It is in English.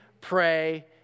pray